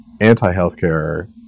anti-healthcare